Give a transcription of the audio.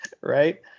right